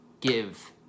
give